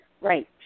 right